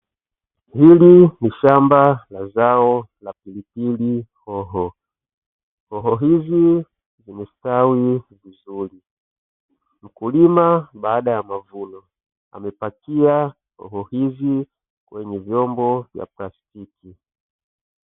Hili ni shmba la zao la hoho, hoho hizi zimestawi vizuri mkulima baada ya mavuno amepakia roho hizi kwenye vyombo vya plastiki.